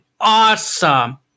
awesome